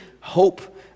hope